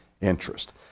interest